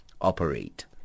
operate